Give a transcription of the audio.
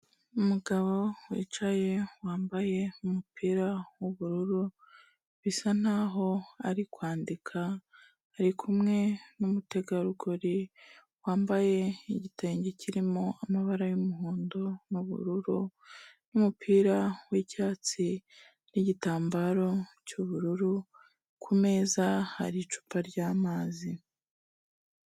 Umugabo wicaye wambaye umupira w'ubururu bisa naho ari kwandika, ari kumwe n'umutegarugori wambaye igitenge kirimo amabara y'umuhondo n'ubururu n' umupira w'icyatsi n'igitambaro cy'ubururu, ku meza hari icupa ry'amazi.